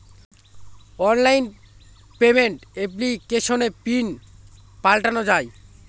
online payment এপ্লিকেশনে PIN পাল্টানো যায়